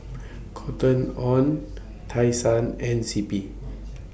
Cotton on Tai Sun and C P